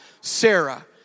Sarah